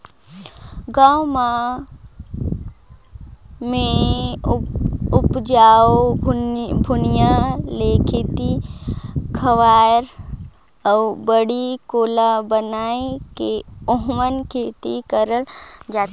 गाँव मन मे उपजऊ भुइयां ल खेत खायर अउ बाड़ी कोला बनाये के ओम्हे खेती करल जाथे